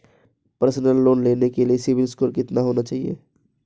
Personal loan लेने के लिए सिबिल स्कोर कितना होना चाहिए?